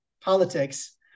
politics